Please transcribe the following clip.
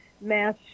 mass